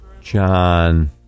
John